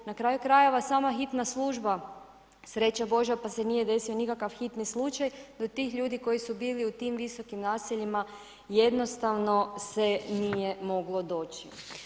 Na kraju krajeva, sama hitna služba, sreća Božja pa se nije desio nikakav hitni slučaj do tih ljudi koji su bili u tim visokim naseljima jednostavno se nije moglo doći.